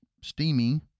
steamy